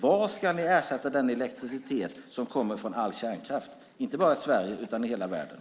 Vad ska ni ersätta den elektricitet med som kommer från all kärnkraft inte bara i Sverige utan i hela världen?